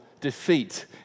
defeat